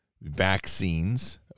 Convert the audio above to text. vaccines